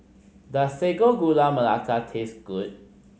does Sago Gula Melaka taste good